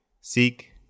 Seek